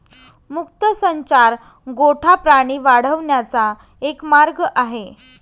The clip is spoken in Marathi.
मुक्त संचार गोठा प्राणी वाढवण्याचा एक मार्ग आहे